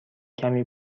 کمی